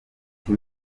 giti